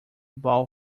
bowl